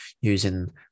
using